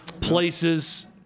places